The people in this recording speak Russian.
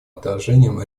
отражением